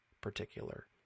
particular